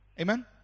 Amen